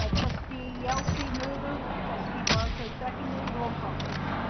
ah trustee yelsey moved, trustee barto seconded. roll call please.